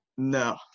No